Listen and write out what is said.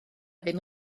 ddim